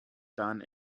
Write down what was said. done